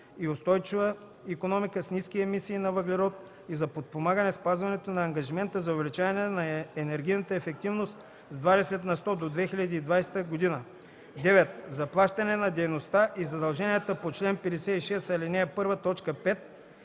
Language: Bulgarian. и устойчива икономика с ниски емисии на въглерод, и за подпомагане спазването на ангажимента за увеличаване на енергийната ефективност с 20 на сто до 2020 г.; 9. заплащане на дейността и задълженията по чл. 56, ал. 1, т. 5.